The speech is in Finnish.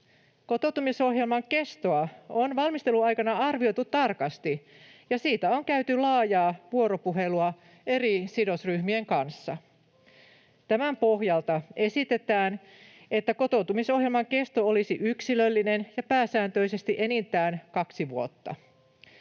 Kotouttamisohjelman kestoa on valmistelun aikana arvioitu tarkasti ja siitä on käyty laajaa vuoropuhelua eri sidosryhmien kanssa. Tämän pohjalta esitetään, että kotoutumisohjelman kesto olisi yksilöllinen ja pääsääntöisesti enintään kaksi vuotta.